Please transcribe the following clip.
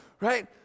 Right